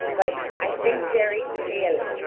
but i think very clearly.